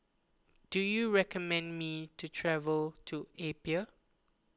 do you recommend me to travel to Apia